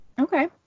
Okay